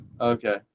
Okay